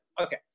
Okay